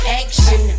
action